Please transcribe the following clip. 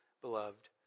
beloved